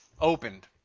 Opened